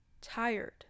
tired